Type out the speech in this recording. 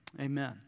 Amen